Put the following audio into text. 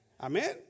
amen